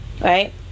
Right